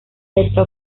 letra